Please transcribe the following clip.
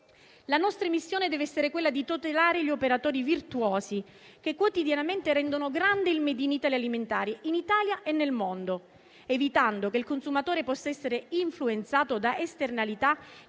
La nostra missione dev'essere quella di tutelare gli operatori virtuosi che quotidianamente rendono grande il *made in Italy* alimentare in Italia e nel mondo, evitando che il consumatore possa essere influenzato da esternalità